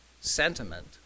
sentiment